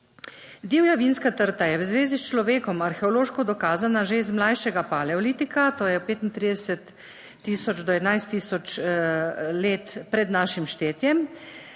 Divja vinska trta je v zvezi s človekom arheološko dokazana že iz mlajšega paleolitika, to je 35000 do 11000 let pred našim štetjem.